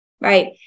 Right